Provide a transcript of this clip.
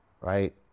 right